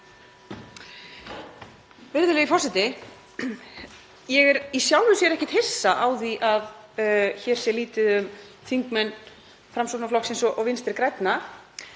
Virðulegi forseti. Ég er í sjálfu sér ekkert hissa á því að hér sé lítið um þingmenn Framsóknarflokksins og Vinstri grænna